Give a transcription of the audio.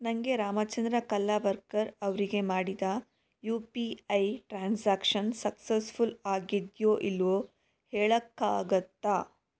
ನನಗೆ ರಾಮಚಂದ್ರ ಕಲ್ಲಾವರ್ಕರ್ ಅವರಿಗೆ ಮಾಡಿದ U P I transaction successful ಆಗಿದ್ಯೋ ಇಲ್ಲವೋ ಹೇಳೋಕ್ಕಾಗತ್ತಾ